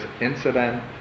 incident